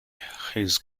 he’s